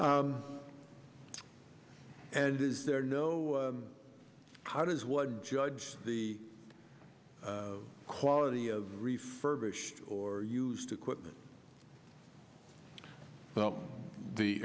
and is there no how does one judge the quality of refurbished or used equipment the